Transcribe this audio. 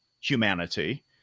humanity